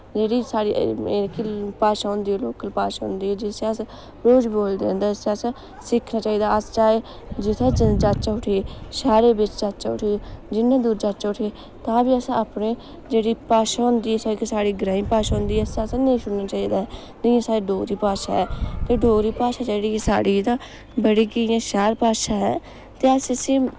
जेह्ड़ी साढ़ी एह्की भाशा होंदी लोकल भाशा होंदी ऐ जिस्सी अस रोज बोलदे न ते इस्सी असें सिक्खना चाही दा अस चाहें जित्थै जाचै उठी शैह्रे बिच्च जाचै उठी जिन्ने दूर जाचै उठी तां बी असें अपनी जेह्ड़ी भाशा होंदी ऐ इक साढ़ी ग्राईं भाशा होंदी ऐ इस्सी असें नेईं छुड़ना चाही दा ऐ इ'यां साढ़ी डोगरी भाशा ऐ ते डोगरा भाशा ऐ जेह्ड़ी साढ़ी तां बड़ी गै इ'यां शैल भाशा ऐ ते अस इस्सी